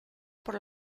por